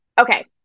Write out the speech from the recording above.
okay